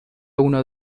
uno